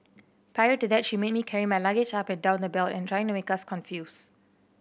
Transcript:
prior to that she made me carry my luggage up and down the belt and trying to make us confused